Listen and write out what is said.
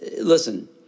Listen